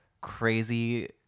crazy